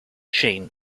sheen